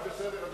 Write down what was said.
זה בסדר.